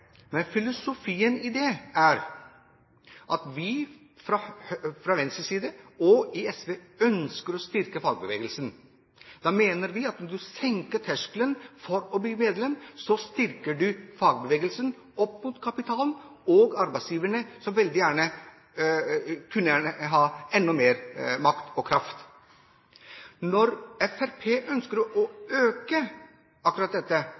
Men filosofien er at vi fra venstresiden og SV ønsker å styrke fagbevegelsen. Da mener vi at når du senker terskelen for å bli medlem, styrker du fagbevegelsen opp mot kapitalen og arbeidsgiverne, som veldig gjerne kunne hatt enda mer makt og kraft. Når Fremskrittspartiet ønsker å øke akkurat dette,